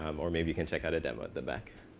um or maybe you can check out a demo at the back.